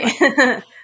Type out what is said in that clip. Right